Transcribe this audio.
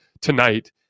tonight